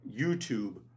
YouTube